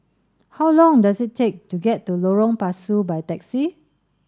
how long does it take to get to Lorong Pasu by taxi